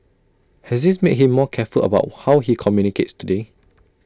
has this made him more careful about how he communicates today